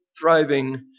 thriving